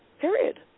period